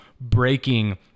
breaking